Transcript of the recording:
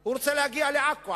שהוא רוצה להגיע לעכו.